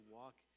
walk